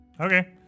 Okay